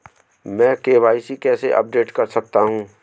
मैं के.वाई.सी कैसे अपडेट कर सकता हूं?